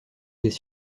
des